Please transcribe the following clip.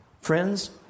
Friends